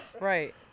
Right